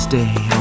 Stay